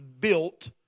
built